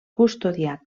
custodiat